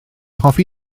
hoffi